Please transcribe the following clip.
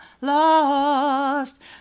lost